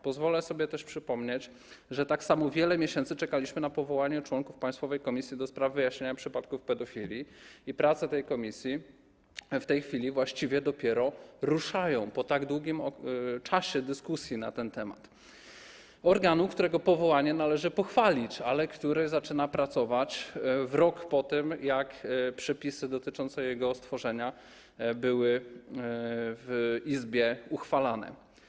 Pozwolę sobie też przypomnieć, że tak samo wiele miesięcy czekaliśmy na powołanie członków państwowej komisji do spraw wyjaśniania przypadków pedofilii i prace tej komisji w tej chwili właściwie dopiero ruszają, po tak długim czasie dyskusji na ten temat, organu, którego powołanie należy pochwalić, ale który zaczyna pracować w rok po tym, jak przepisy dotyczące jego stworzenia były w Izbie uchwalane.